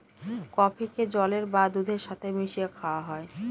কফিকে জলের বা দুধের সাথে মিশিয়ে খাওয়া হয়